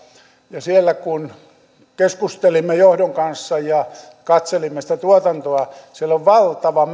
siellä keskustelimme johdon kanssa ja katselimme sitä tuotantoa siellä on valtava